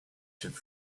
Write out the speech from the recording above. should